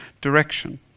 direction